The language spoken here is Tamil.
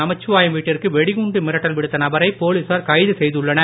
நமச்சிவாயம் வீட்டிற்கு வெடிகுண்டு மிரட்டல் விடுத்த நபரை போலிசார் கைது செய்துள்ளனர்